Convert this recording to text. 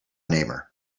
namer